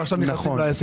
ועכשיו נכנסים לעסק.